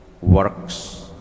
works